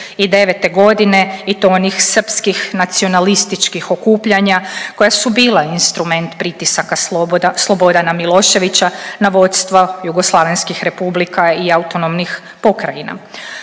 istine 1989. g. i to onih srpskih nacionalističkih okupljanja koja su bila instrument pritiska Slobodana Miloševića na vodstva jugoslavenskih republika i autonomnih pokrajina.